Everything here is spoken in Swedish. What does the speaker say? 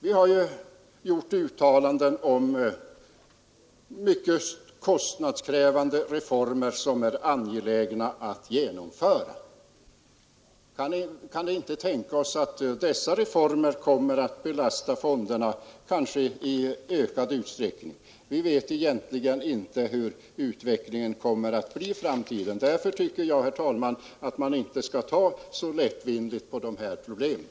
Vi har ju gjort uttalanden om mycket kostnadskrävande reformer som är angelägna att genomföras. Kan det inte tänkas att dessa reformer kommer att belasta fonderna i ökad utsträckning? Vi vet egentligen inte hur utvecklingen kommer att bli i framtiden. Därför tycker jag, herr talman, att man inte skall ta så lättvindigt på de här problemen.